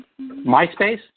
MySpace